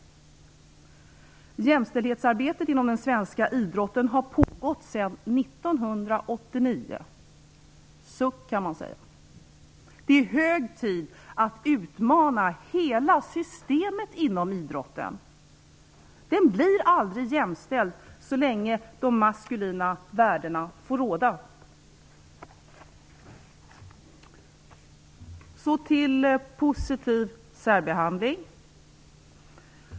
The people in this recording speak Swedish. Jämställdhetsarbetet inom den svenska idrotten har pågått sedan 1989. Suck, kan man säga. Det är hög tid att utmana hela systemet inom idrotten. Den blir aldrig jämställd så länge de maskulina värdena får råda.